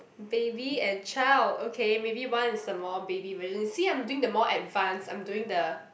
baby and child okay maybe one is the more baby version you see I'm doing the more advance I'm doing the